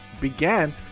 began